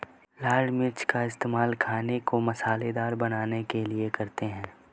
लाल मिर्च का इस्तेमाल खाने को मसालेदार बनाने के लिए करते हैं